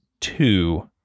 two